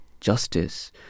justice